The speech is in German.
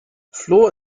fluor